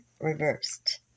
reversed